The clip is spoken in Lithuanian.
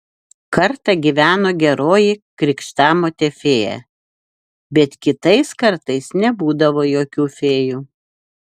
kartą gyveno geroji krikštamotė fėja bet kitais kartais nebūdavo jokių fėjų